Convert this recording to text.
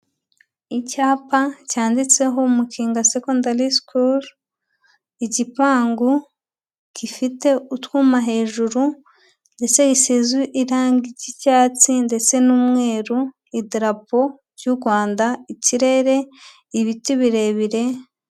Icyapa cyanditseho Mukinga secondary school, igipangu gifite utwuma hejuru ndetse gisizwe irangi ry'icyatsi ndetse n'umweru, idarapo ry'u Rwanda, ikirere, ibiti birebire.